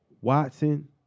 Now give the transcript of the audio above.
Watson